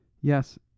Yes